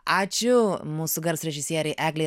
ačiū mūsų garso režisierei eglei